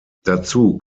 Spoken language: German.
dazu